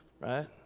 Right